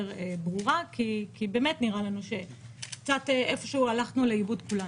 ברורה כי באמת נראה לנו שקצת איפשהו הלכנו לאיבוד כולנו.